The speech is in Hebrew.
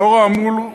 לאור האמור,